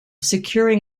securing